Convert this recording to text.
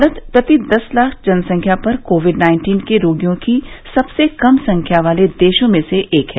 भारत प्रति दस लाख जनसंख्या पर कोविड नाइन्टीन के रोगियों की सबसे कम संख्या वाले देशों में से एक है